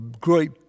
great